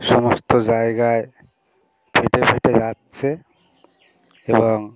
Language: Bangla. সমস্ত জায়গায় ফেটে ফেটে যাচ্ছে এবং